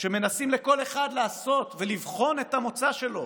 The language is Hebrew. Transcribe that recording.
שמנסים לעשות לכל אחד ולבחון את המוצא שלו